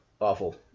awful